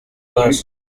ipasi